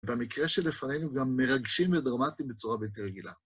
במקרה שלפנינו גם מרגשים ודרמטיים בצורה בלתי רגילה.